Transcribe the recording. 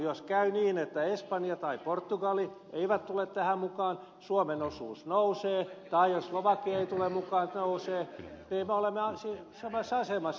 jos käy niin että espanja tai portugali eivät tule tähän mukaan suomen osuus nousee tai jos slovakia ei tule mukaan suomen osuus nousee niin me olemme samassa asemassa